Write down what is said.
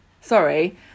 Sorry